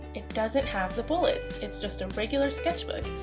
it doesn't have the bullets. it's just a regular sketchbook.